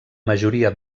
majoria